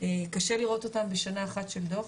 קשה לראות אותם בשנה אחת של דוח,